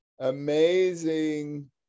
amazing